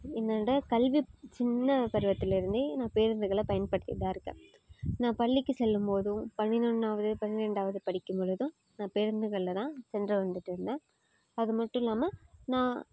என்னோடய கல்வி சின்ன பருவத்துலேருந்தே நான் பேருந்துகளை பயன்படுத்திட்டுதான் இருக்கேன் நான் பள்ளிக்கு செல்லும்போதும் பதினொன்றாவது பனிரெண்டாவது படிக்கும்பொழுதும் நான் பேருந்துகளில் தான் சென்று வந்துட்டு இருந்தேன் அது மட்டும் இல்லாமல் நான்